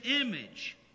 image